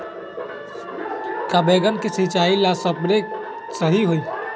का बैगन के सिचाई ला सप्रे सही होई?